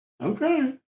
Okay